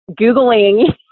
Googling